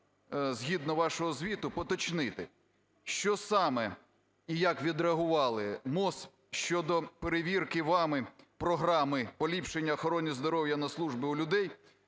згідно вашого звіту уточнити, що саме і як відреагувало МОЗ щодо перевірки вами програми "Поліпшення охорони здоров'я на службі у людей"